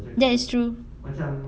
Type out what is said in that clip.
that is true